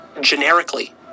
generically